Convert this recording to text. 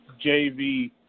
JV